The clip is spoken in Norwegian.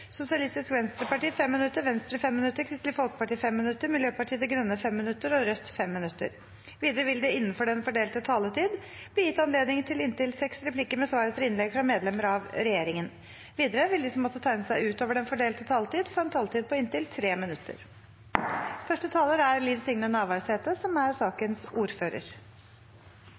Sosialistisk Venstreparti 5 minutter, Venstre 5 minutter, Kristelig Folkeparti 5 minutter, Miljøpartiet De Grønne 5 minutter og Rødt 5 minutter. Videre vil det – innenfor den fordelte taletid – bli gitt anledning til inntil seks replikker med svar etter innlegg fra medlemmer av regjeringen. Videre vil de som måtte tegne seg på talerlisten utover den fordelte taletid, få en taletid på inntil 3 minutter. Dette er ei årleg sak som er